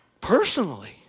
personally